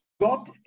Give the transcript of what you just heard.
God